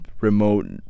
remote